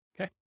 Okay